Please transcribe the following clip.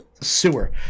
sewer